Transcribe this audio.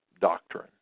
doctrine